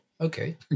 Okay